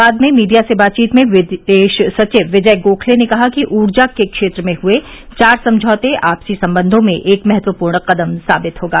बाद में मीडिया से बातचीत में विदेश सचिव विजय गोखले ने कहा कि ऊर्जा के क्षेत्र में हुए चार समझौते आपसी संबंधों में एक महत्वपूर्ण कदम साबित होगा